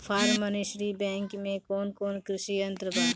Form machinery bank में कौन कौन कृषि यंत्र बा?